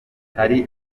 hari